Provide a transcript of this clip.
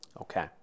Okay